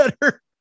better